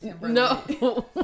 No